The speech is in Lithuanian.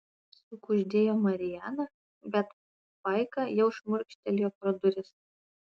sukuždėjo mariana bet paika jau šmurkštelėjo pro duris